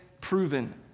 proven